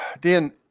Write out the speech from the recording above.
Dan